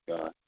God